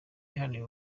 iharanira